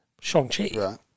Shang-Chi